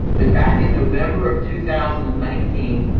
but back in november of two thousand and nineteen,